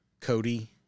Cody